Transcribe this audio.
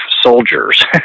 soldiers